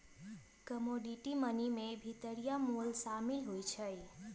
commodity money में भितरिया मोल सामिल होइ छइ